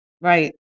Right